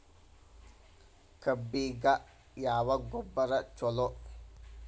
ಕಬ್ಬಿಗ ಯಾವ ಗೊಬ್ಬರ ಛಲೋ?